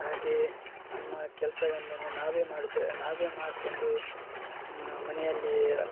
ಹಾಗೆಯೇ ನಮ್ಮ ಕೆಲಸ ನಾವೇ ಮಾಡೋದ ನಾವೇ ಮಾಡಿಕೊಂಡು ಮನೆಯಲ್ಲಿಯೇ